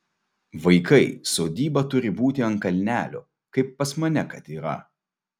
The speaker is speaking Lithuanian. vaikai sodyba turi būti ant kalnelio kaip pas mane kad yra